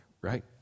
right